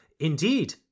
Indeed